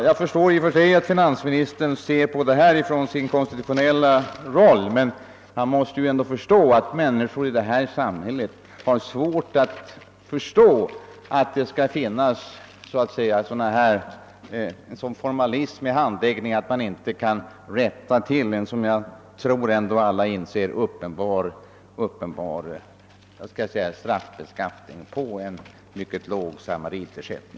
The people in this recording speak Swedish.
Jag förstår i och för sig att finansministern bedömer detta ärende från sin konstitutionella roll, men man måste ändå ha klart för sig att människor i det här samhället kan ha svårt att inse att det skall behöva finnas en straffbeskattning på mycket låga inkomster.